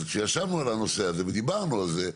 אז כשישבנו על הנושא הזה ודיברנו על זה,